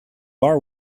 are